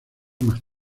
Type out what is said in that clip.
más